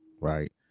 right